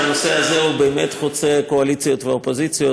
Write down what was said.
אני חושב שהנושא הזה באמת חוצה קואליציות ואופוזיציות,